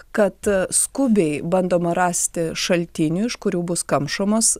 kad skubiai bandoma rasti šaltinių iš kurių bus kamšomos